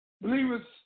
Believers